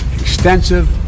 extensive